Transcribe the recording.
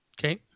Okay